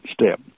step